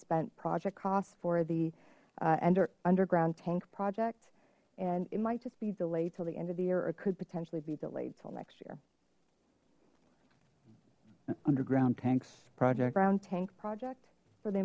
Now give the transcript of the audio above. unspent project costs for the ender underground tank project and it might just be delayed til the end of the year or could potentially be delayed till next year underground tanks brown tank project for the